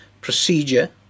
procedure